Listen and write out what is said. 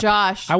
Josh